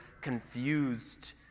confused